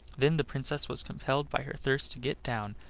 then the princess was compelled by her thirst to get down,